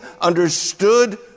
understood